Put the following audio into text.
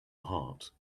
heart